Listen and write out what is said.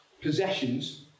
possessions